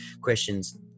questions